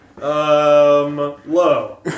low